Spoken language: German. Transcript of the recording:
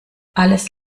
alles